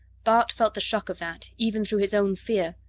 bart felt the shock of that, even through his own fear.